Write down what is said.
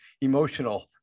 emotional